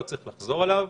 ולא צריך לחזור עליו.